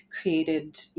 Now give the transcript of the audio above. created